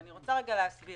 ואני רוצה להסביר.